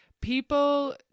people